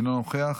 אינו נוכח.